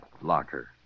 locker